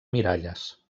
miralles